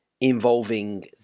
involving